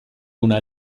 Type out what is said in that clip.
una